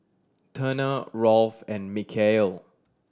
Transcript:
Turner Rolf and Mikeal